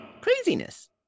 Craziness